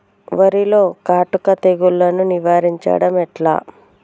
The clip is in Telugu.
వరిలో కాటుక తెగుళ్లను నివారించడం ఎట్లా?